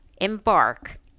embark